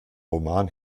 roman